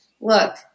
look